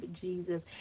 Jesus